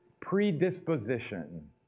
predisposition